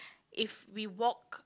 if we walk